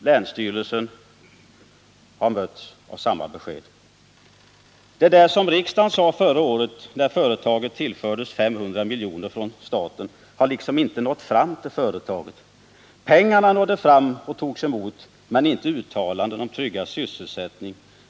Länsstyrelsen har mötts av samma besked. Det som riksdagen sade förra året. när företaget tillfördes 500 miljoner från staten. har liksom inte natt fram till företagsledningen. Pengarna nadde fram och togs emot. men inte uttalandena om tryggad sysselsättning.